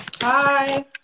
hi